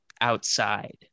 outside